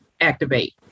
activate